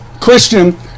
Christian